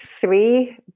three